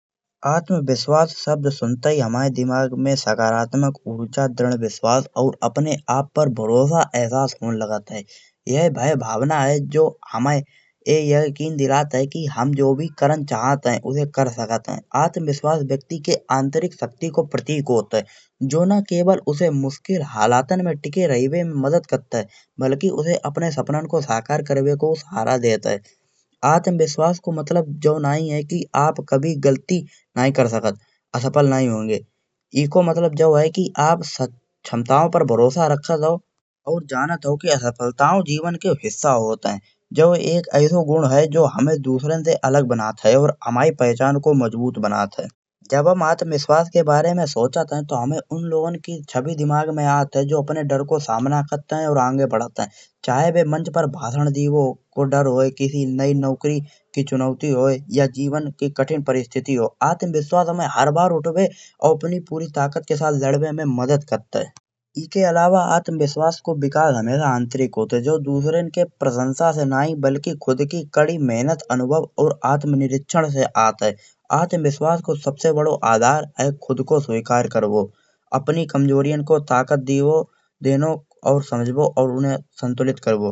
आत्मविश्वास शब्द सुनते ही हुमाए दिमाग सकारात्मक ऊर्जा द्रढ़ विश्वास और अपने आप पर भरोसा अहसास होन लागत है। ये भय भावना है जो हुमे ये यकीन दिलात है के हम जो भी करन चाहत है उसे कर सकत है। आत्मविश्वास व्यक्ति के आंतरिक शक्ति को प्रतीक होत है जो न केवल उसे मुश्किल हालातन में टिके रहवे में मदद करत है। बल्कि उसे अपने सपनन को साकार करवेको सहारा देत है। आत्मविश्वास को मतलब जो नई है आप कभी गलती नई कर सकत असफल नई होन्गे। ईको मतलब जो है कि आप क्षमताओ पर भरोसा रखत हो और जानत हो कि असफलताओ जीवन को हिस्सा होत है। जो एक ऐसो गुण है जो हुमे दुसरन से अलग बनत है और हुमाई पहचान को मजबूत बनत है। जब हम आत्मविश्वास के बारे में सोचत है तो हुमे उन लोगन की छवि दिमाग में आत है। जो अपने डर को समान करत है और आंगे बढत है। चाहे वो मंच पर भाषण दीवो को डर होये किसी नई नौकरी की चुनौती होये। या जीवन की कठिन परिस्थिति होये आत्मविश्वास हुमे हर बार उठबे और अपनी पूरी ताकत के साथ लड़बे में मदद करत है। इके अलावा आत्मविश्वास को विकास हमेशा आंतरिक होत है। जो दुसरन की प्रशंसा से नई बल्कि खुद की कड़ी मेहनत, अनुभव और आत्मनिरीक्षण से आत है। आत्मविश्वास को सबसे बड़ो आधार खुद को स्वीकार करो अपनी कमजोरियन को ताकत देनो और समझबो और संतुलित करबो।